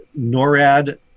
NORAD